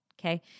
Okay